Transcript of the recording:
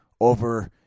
Over